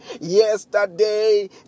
yesterday